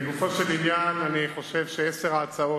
לגופו של עניין, אני חושב שעשר ההצעות